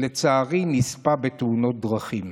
שלצערי נספה בתאונת דרכים.